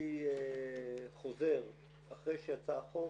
הוציא חוזר אחרי שיצא החוק,